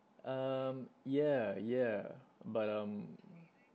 um yeah yeah but um